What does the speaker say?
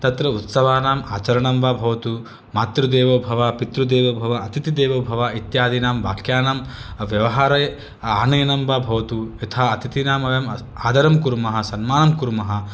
तत्र उत्सवानाम् आचरणं वा भवतु मातृदेवो भव पितृदेवो भव अतिथिदेवो भव इत्यादीनां वाक्यानां व्यवहारे आनयनं वा भवतु यथा अथितीनां वयम् आदरं कुर्मः सन्मानं कुर्मः